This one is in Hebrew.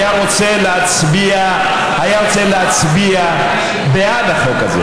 היה רוצה להצביע בעד החוק הזה.